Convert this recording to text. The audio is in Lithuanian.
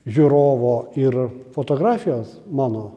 žiūrovo ir fotografijos mano